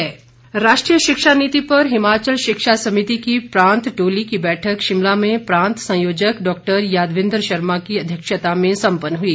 शिक्षा नीति राष्ट्रीय शिक्षा नीति पर हिमाचल शिक्षा समिति की प्रांत टोली की बैठक शिमला में प्रांत संयोजक डॉक्टर यादवेन्द्र शर्मा की अध्यक्षता में सम्पन्न हुई